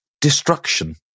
destruction